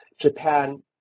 Japan